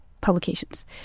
publications